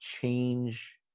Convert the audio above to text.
change